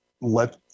let